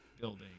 building